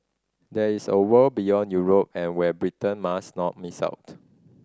there is a world beyond Europe and where Britain must not miss out